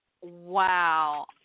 Wow